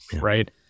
Right